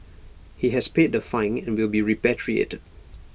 he has paid the fine and will be repatriated